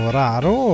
raro